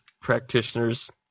practitioners